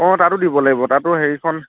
অ' তাতো দিব লাগিব তাতো হেৰিখন